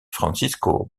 francisco